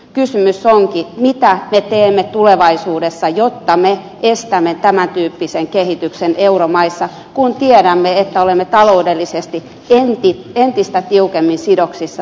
kysymys onkin mitä me teemme tulevaisuudessa jotta me estämme tämän tyyppisen kehityksen euromaissa kun tiedämme että olemme taloudellisesti entistä tiukemmin sidoksissa toisiimme